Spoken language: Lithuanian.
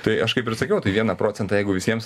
tai aš kaip ir sakiau tai vieną procentą jeigu visiems